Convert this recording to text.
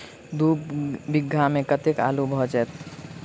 दु बीघा मे कतेक आलु भऽ जेतय?